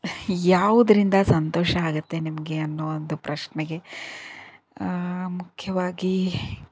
ಯಾವುದ್ರಿಂದ ಸಂತೋಷ ಆಗತ್ತೆ ನಿಮಗೆ ಅನ್ನೋ ಒಂದು ಪ್ರಶ್ನೆಗೆ ಮುಖ್ಯವಾಗಿ